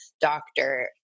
doctor